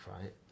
right